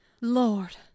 Lord